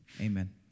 Amen